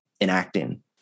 enacting